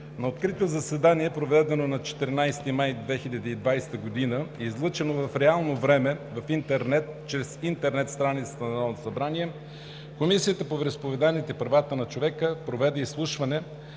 На открито заседание, проведено на 14 май 2020 г. и излъчено в реално време в интернет чрез интернет страницата на Народното събрание, Комисията по вероизповеданията и правата на човека проведе изслушване